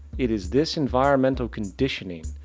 it is this enviromental conditioning,